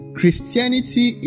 Christianity